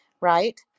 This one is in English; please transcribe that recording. Right